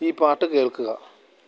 ഈ പാട്ട് കേള്ക്കുക